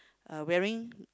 uh wearing